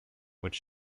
which